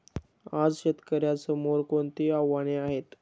आज शेतकऱ्यांसमोर कोणती आव्हाने आहेत?